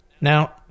Now